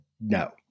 no